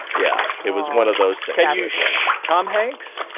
yeah, it was one of those things can you shh tom hanks?